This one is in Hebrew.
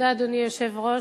אדוני היושב-ראש,